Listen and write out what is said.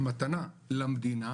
מתנה למדינה